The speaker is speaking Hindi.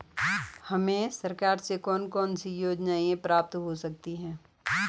हमें सरकार से कौन कौनसी योजनाएँ प्राप्त हो सकती हैं?